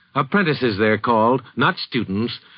apprentices, they're called, not students.